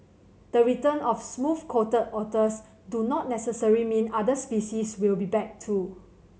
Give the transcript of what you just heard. the return of smooth coated otters do not necessary mean other species will be back too